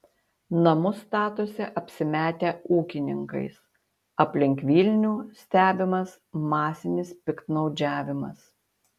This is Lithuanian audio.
namus statosi apsimetę ūkininkais aplink vilnių stebimas masinis piktnaudžiavimas